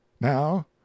Now